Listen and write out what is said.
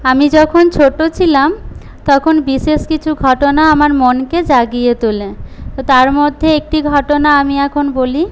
আমি যখন ছোট ছিলাম তখন বিশেষ কিছু ঘটনা আমার মনকে জাগিয়ে তোলে তার মধ্যে একটি ঘটনা আমি এখন বলি